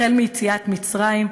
החל ביציאת מצרים,